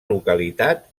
localitat